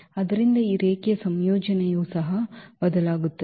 ಆದ್ದರಿಂದ ಈ ರೇಖೀಯ ಸಂಯೋಜನೆಯು ಸಹ ಬದಲಾಗುತ್ತದೆ